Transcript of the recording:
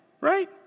right